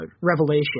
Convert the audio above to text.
revelation